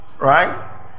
right